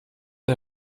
der